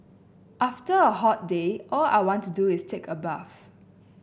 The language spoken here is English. after a hot day all I want to do is take a bath